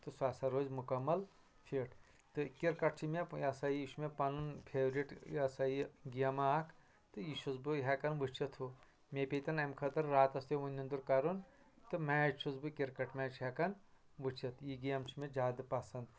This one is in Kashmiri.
تہِ سہُ ہسا روزِ مُکمل فِٹ تہِ کِرکٹ چھِ مےٚ یہ ہسا یہِ یہِ چھُ مےٚ پنُن یہ ہسا یہِ فیورٹ یہِ ہسا یہِ گیما اکھ تہٕ یہِ چھُس بہٕ ہیکان وُچھتھ ہہُ مےٚ پیٚیہِ تن امہِ خٲطرٕ راتس تہِ وُنٮ۪نٛدُر کرُن تہٕ میچ چھُس بہٕ کِرکٹ میچ ہیکان وُچھتھ یہِ گیم چھِ مےٚ زیادٕ پسند